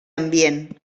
ambient